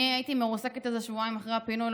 אני הייתי מרוסקת איזה שבועיים אחרי הפינוי,